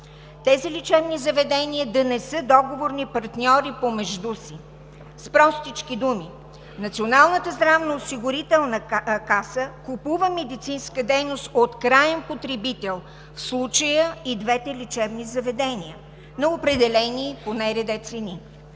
тези лечебни заведения да не са договорни партньори помежду си. С простички думи: Националната здравноосигурителна каса купува медицинска дейност от краен потребител, в случая и двете лечебни заведения, на определени по Националния